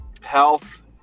health